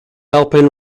alpine